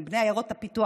הם בני עיירות הפיתוח.